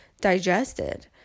digested